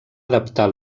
adaptar